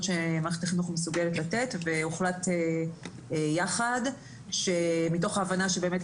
שמערכת החינוך מסוגלת לתת והוחלט יחד שמתוך ההבנה שבאמת,